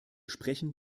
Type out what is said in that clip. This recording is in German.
sprechen